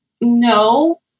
no